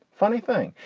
funny thing.